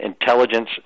intelligence